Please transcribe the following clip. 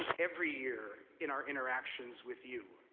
every year, in our interactions with you,